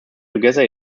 together